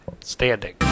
Standing